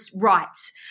rights